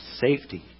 safety